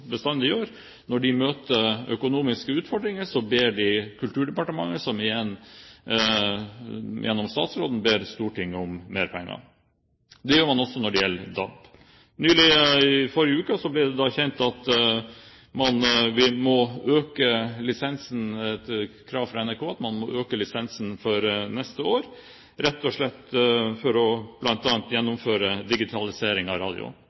Når de møter økonomiske utfordringer, ber de Kulturdepartementet, som igjen gjennom statsråden ber Stortinget, om mer penger. Det gjør man også når det gjelder DAB. I forrige uke ble det kjent at det er et krav fra NRK om at vi må øke lisensen for neste år, rett og slett for bl.a. å gjennomføre digitalisering av